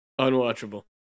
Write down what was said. unwatchable